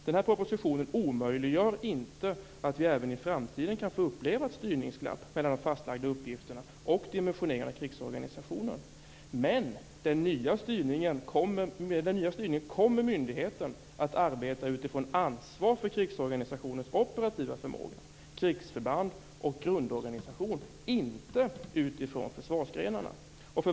Denna proposition förhindrar inte att vi även i framtiden kan få uppleva ett styrningsglapp mellan de fastlagda uppgifterna och dimensioneringen av krigsorganisationer. Men med den nya styrningen kommer myndigheten att arbeta utifrån ansvar för krigsorganisationens operativa förmåga - krigsförband och grundorganisation - och inte utifrån försvarsgrenarna.